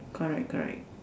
correct correct